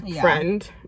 friend